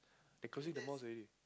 they closing the malls already